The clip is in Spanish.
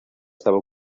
estaba